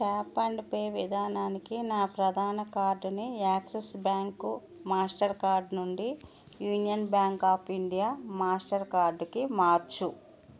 tap and pay విధానానికి నా ప్రధాన కార్డుని యాక్సిస్ బ్యాంకు మాస్టర్ కార్డు నుండి యూనియన్ బ్యాంక్ ఆఫ్ ఇండియా మాస్టర్ కార్డుకి మార్చుము